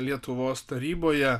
lietuvos taryboje